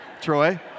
Troy